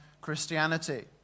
Christianity